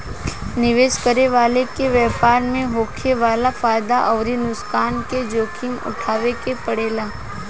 निवेश करे वाला के व्यापार में होखे वाला फायदा अउरी नुकसान के जोखिम उठावे के पड़ेला